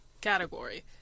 category